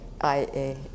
AI